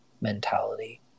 mentality